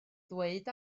ddweud